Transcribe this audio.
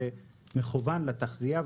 זה מכוון לתעשייה,